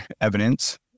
evidence